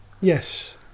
Yes